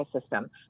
system